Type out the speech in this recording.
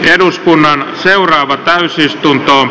eduskunnan seuraava täysistunto